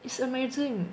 it's amazing